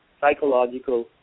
psychological